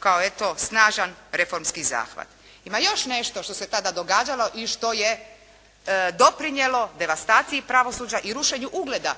kao eto snažan reformski zahvat. Ima još nešto što se tada događalo i što je doprinijelo devastaciji pravosuđa i rušenju ugleda